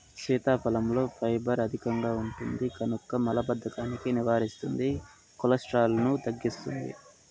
సీతాఫలంలో ఫైబర్ అధికంగా ఉంటుంది కనుక మలబద్ధకాన్ని నివారిస్తుంది, కొలెస్ట్రాల్ను తగ్గిస్తుంది